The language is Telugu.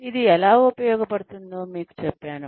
ఇది ఎలా ఉపయోగించబడుతుందో మీకు చెప్పాను